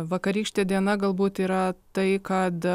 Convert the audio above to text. vakarykštė diena galbūt yra tai kad